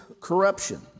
corruption